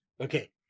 okay